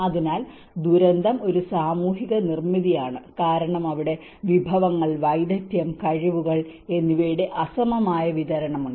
അതിനാൽ ദുരന്തം ഒരു സാമൂഹിക നിർമ്മിതിയാണ് കാരണം വിഭവങ്ങൾ വൈദഗ്ധ്യം കഴിവുകൾ എന്നിവയുടെ അസമമായ വിതരണമുണ്ട്